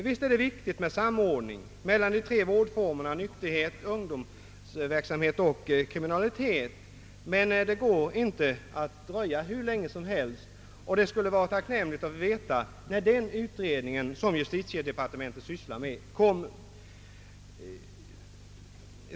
Visst är det viktigt med samordning mellan de tre vårdformer som avser nykterhetsarbete, ungdomsverksamhet och åtgärder mot kriminalitet, men det går inte att dröja hur länge som helst och det skulle vara tacknämligt att få veta när justitiedepartementets utredning beräknas bli klar.